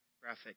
graphic